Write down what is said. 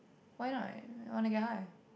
why not I wanna get high